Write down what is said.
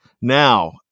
Now